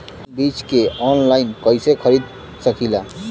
हम बीज के आनलाइन कइसे खरीद सकीला?